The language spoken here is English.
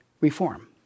reform